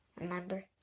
Remember